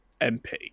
MP